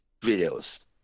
videos